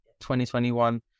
2021